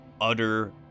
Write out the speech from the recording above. utter